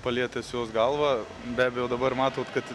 palietęs jos galvą be abejo dabar matot kad